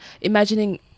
imagining